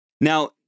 now